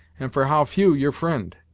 and for how few your fri'nd.